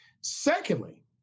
Secondly